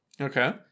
Okay